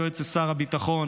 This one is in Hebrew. יועצת שר הביטחון,